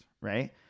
right